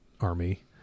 army